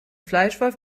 fleischwolf